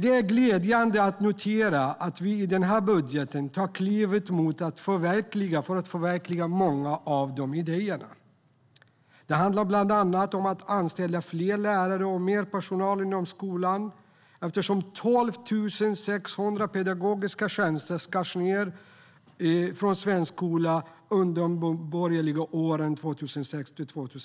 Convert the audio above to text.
Det är glädjande att vi med den här budgeten tar klivet mot att förverkliga många av de idéerna. Bland annat ska fler lärare och mer personal inom skolan anställas. Under åren med borgerligt styre, 2006-2014, skars det ned på 12 600 pedagogiska tjänster i svensk